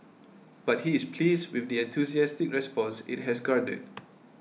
but he is pleased with the enthusiastic response it has garnered